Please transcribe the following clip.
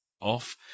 off